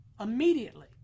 Immediately